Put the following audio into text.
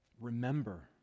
Remember